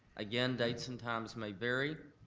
again dates and times may vary.